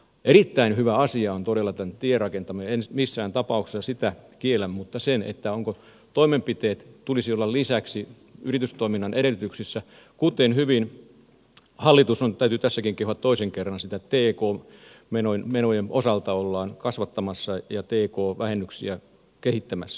erittäin hyvä asia on todella tämä tierakentaminen en missään tapauksessa sitä kiellä mutta toimenpiteiden tulisi olla lisäksi yritystoiminnan edellytyksissä kuten hyvin hallitus on täytyy tässäkin kehua toisen kerran sitä t k menojen osalta kasvattamassa ja t k vähennyksiä kehittämässä